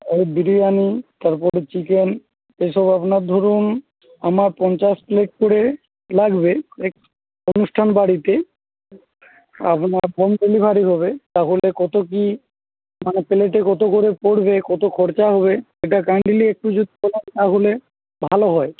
এই বিরিয়ানি তারপরে চিকেন এই সব আপনার ধরুন আমার পঞ্চাশ প্লেট করে লাগবে অনুষ্ঠান বাড়িতে আপনার হোম ডেলিভারি হবে তাহলে কতো কী মানে প্লেটে কতো করে পড়বে কতো খরচা হবে সেটা কাইন্ডলি একটু যদি বলেন তাহলে ভালো হয়